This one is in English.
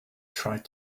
tried